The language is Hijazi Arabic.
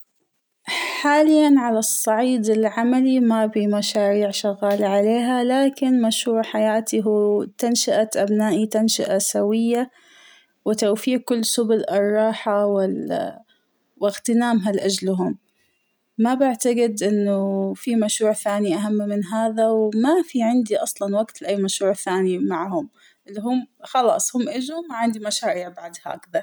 حالياً على الصعيد العملى ما بى مشاريع شغال عليها ، لكن مشروع حياتى هو تنشئة أبنائى تنشئة سوية ، وتوفير كل سبل الراحة وال - وإغتنامها لأجلهم، ما بعتقد إنه فى مشروع ثانى أهم من هذا ، وما فى عندى أصلاً وقت لأى مشروع ثانى معهم ، ال -هم خلاص هم إجوا ما عندى مشاريع بعد هكذا.